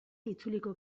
itzuliko